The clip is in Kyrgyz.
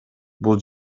бул